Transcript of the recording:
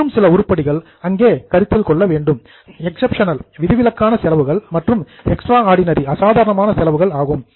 இன்னும் சில உருப்படிகள் அங்கே கருத்தில் கொள்ள வேண்டும் எக்சப்ஷனல் விதிவிலக்கான செலவுகள் மற்றும் எக்ஸ்ட்ராடினரி அசாதாரணமான செலவுகள் ஆகும்